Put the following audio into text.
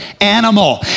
animal